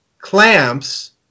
clamps